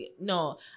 no